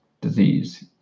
disease